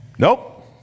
Nope